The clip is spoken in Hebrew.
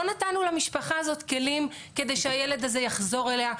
לא נתנו למשפחה הזאת כלים כדי שהילד הזה יחזור אליה,